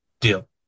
deal